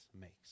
makes